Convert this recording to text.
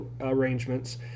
arrangements